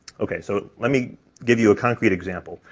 ok, so let me give you a concrete example,